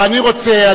ואני רוצה,